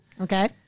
Okay